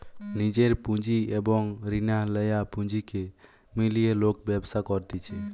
নিজের পুঁজি এবং রিনা লেয়া পুঁজিকে মিলিয়ে লোক ব্যবসা করতিছে